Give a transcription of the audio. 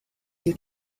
you